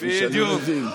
כפי שאני מבין.